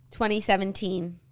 2017